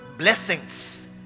blessings